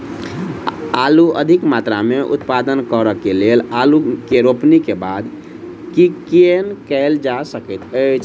आलु अधिक मात्रा मे उत्पादन करऽ केँ लेल आलु केँ रोपनी केँ बाद की केँ कैल जाय सकैत अछि?